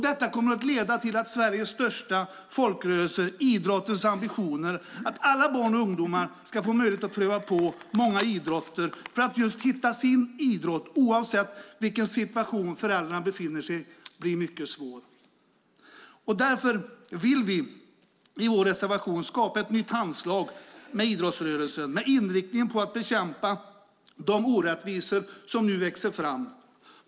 Detta kommer att leda till att Sveriges största folkrörelse idrottens ambition att alla barn och ungdomar ska få möjlighet att pröva på många idrotter för att hitta just sin idrott oavsett vilken situation föräldrarna befinner sig i blir mycket svår att uppfylla. Därför vill vi i vår reservation skapa ett nytt handslag med idrottsrörelsen med inriktningen att bekämpa de orättvisor som nu växer fram.